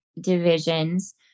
divisions